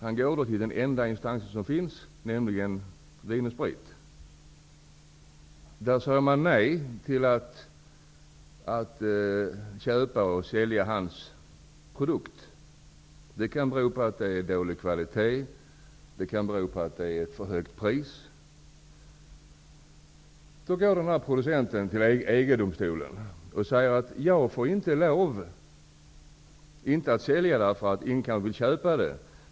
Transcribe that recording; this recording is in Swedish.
Han går då till den enda instansen som finns, nämligen Vin & Sprit. Där säger man nej till att köpa och sälja hans produkt. Anledningen härtill kan vara att den har dålig kvalitet eller att den har ett för högt pris. Producenten kan då gå till EG-domstolen och säga: Jag får inte lov att sälja min produkt, kanske inte därför att ingen vill köpa den.